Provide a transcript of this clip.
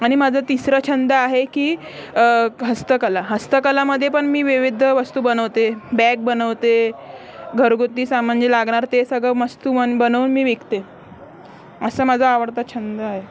आणि माझं तिसरं छंद आहे की हस्तकला हस्तकलामध्ये पण मी विविध वस्तू बनवते बॅग बनवते घरगुती सामान लागणार ते सगळं मस्तू मन बनवून मी विकते असं माझा आवडता छंद आहे